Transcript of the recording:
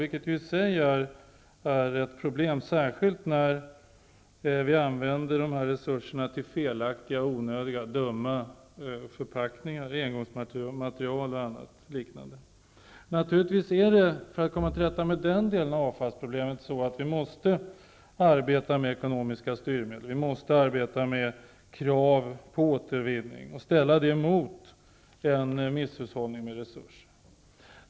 Detta är i sig ett problem, särskilt när vi använder dessa resurser till felaktiga, onödiga, dumma förpackningar, engångsmaterial och liknande. För att komma till rätta med den delen av avfallsproblemen måste vi arbeta med ekonomiska styrmedel, med krav på återvinning och ställa dem mot en misshushållning med resurser.